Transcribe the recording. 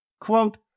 Quote